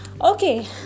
Okay